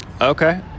Okay